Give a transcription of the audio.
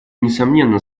несомненно